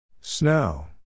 Snow